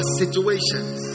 situations